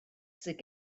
sydd